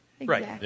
Right